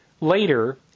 Later